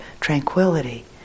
tranquility